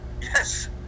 Yes